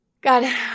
God